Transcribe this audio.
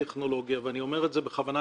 הטכנולוגיה ואני אומר את זה בכוונה,